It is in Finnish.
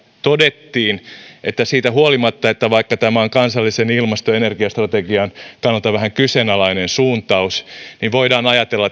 todettiin että siitä huolimatta että tämä on kansallisen ilmasto ja energiastrategian kannalta vähän kyseenalainen suuntaus voidaan ajatella